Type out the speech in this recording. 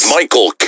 Michael